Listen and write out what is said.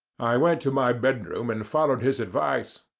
i went to my bedroom and followed his advice.